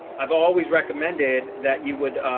i've always recommended that you would